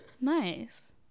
Nice